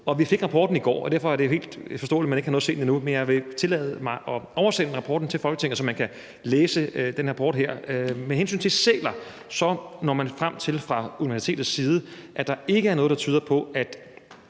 Vi fik rapporten i går, og derfor er det jo helt forståeligt, at man ikke har nået at se den endnu. Men jeg vil tillade mig at oversende rapporten til Folketinget, så man kan læse den. Med hensyn til sæler når man fra universitetets side frem til, at der ikke er noget, der tyder på, at